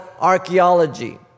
archaeology